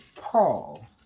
Paul